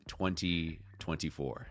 2024